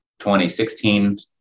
2016